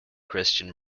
christian